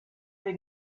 they